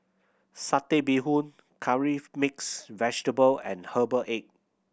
Satay Bee Hoon Curry Mixed Vegetable and herbal egg